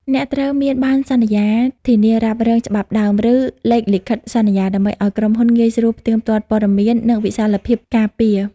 អ្នកត្រូវមាន បណ្ណសន្យាធានារ៉ាប់រងច្បាប់ដើម ឬលេខលិខិតសន្យា ដើម្បីឱ្យក្រុមហ៊ុនងាយស្រួលផ្ទៀងផ្ទាត់ព័ត៌មាន និងវិសាលភាពការពារ។